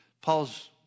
Paul's